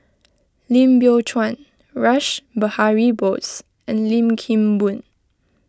Lim Biow Chuan Rash Behari Bose and Lim Kim Boon